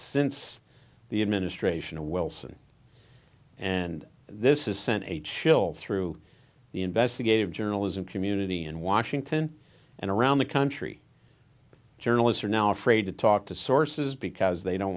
since the administration of wilson and this is sent a chill through the investigative journalism community in washington and around the country journalists are now afraid to talk to sources because they don't